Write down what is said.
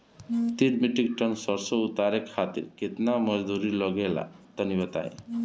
तीन metric ton सरसो उतारे खातिर केतना मजदूरी लगे ला तनि बताई?